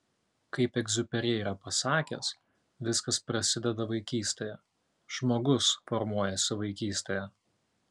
kaip egziuperi yra pasakęs viskas prasideda vaikystėje žmogus formuojasi vaikystėje